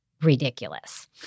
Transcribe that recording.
ridiculous